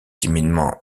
timidement